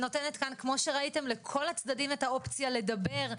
שנותנת כאן לכל הצדדים את האופציה לדבר,